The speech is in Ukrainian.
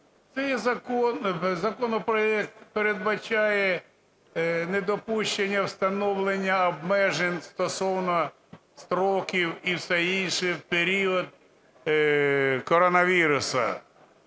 цей законопроект передбачає недопущення встановлення обмежень стосовно строків і всього іншого в період коронавірусу.